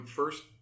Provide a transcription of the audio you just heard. first